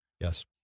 Yes